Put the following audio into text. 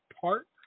Park